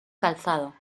calzado